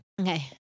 Okay